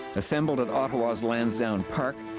assembled at ottawa's landsdowne park,